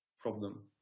problem